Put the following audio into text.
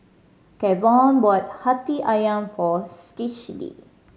Kevon bought Hati Ayam for Schley